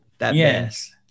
Yes